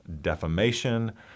defamation